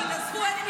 אל תגידי לי לא נכון.